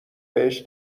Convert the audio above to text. بهش